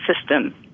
system